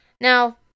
Now